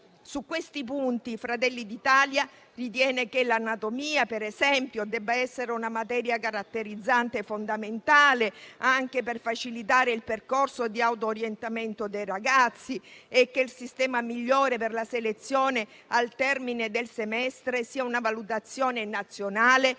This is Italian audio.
Su questi punti Fratelli d'Italia ritiene che l'anatomia, per esempio, debba essere una materia caratterizzante fondamentale, anche per facilitare il percorso di auto-orientamento dei ragazzi, e che il sistema migliore per la selezione al termine del semestre sia una valutazione nazionale